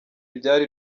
ibyari